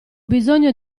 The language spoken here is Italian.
bisogno